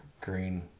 green